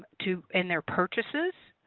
to in their purchases.